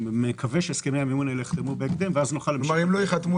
אני מקווה שהסכמי המימון האלה ייחתמו בהקדם ואז נוכל להמשיך.